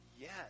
Yes